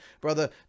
brother